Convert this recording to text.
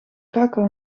krakau